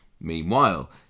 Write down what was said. Meanwhile